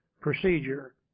procedure